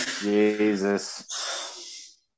Jesus